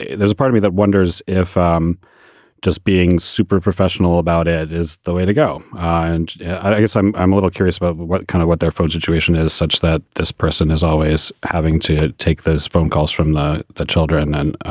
there's a part of me that wonders if i'm um just being super professional about it is the way to go. i and i guess i'm i'm a little curious about what kind of what their phone situation is, such that this person is always having to take those phone calls from the the children. and ah